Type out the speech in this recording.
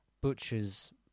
Butcher's